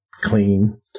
clean